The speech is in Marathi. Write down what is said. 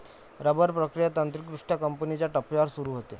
रबर प्रक्रिया तांत्रिकदृष्ट्या कापणीच्या टप्प्यावर सुरू होते